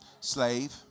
Slave